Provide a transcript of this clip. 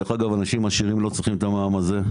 דרך אגב אנשים עשירים לא צריכים את המע"מ הזה,